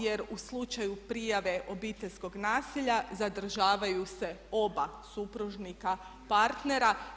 Jer u slučaju prijave obiteljskog nasilja zadržavaju se oba supružnika partnera.